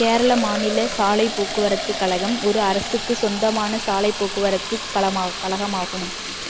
கேரள மாநில சாலைப் போக்குவரத்துக் கழகம் ஒரு அரசுக்கு சொந்தமான சாலைப் போக்குவரத்துக் கழமாகும் கழகமாகும்